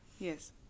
yes